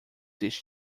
this